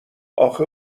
اخه